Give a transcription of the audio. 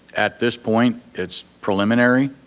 at this point it's preliminary.